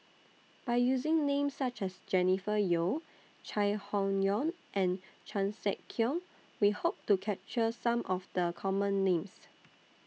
By using Names such as Jennifer Yeo Chai Hon Yoong and Chan Sek Keong We Hope to capture Some of The Common Names